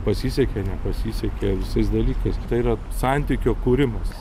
pasisekė nepasisekė visais dalykais tai yra santykio kūrimas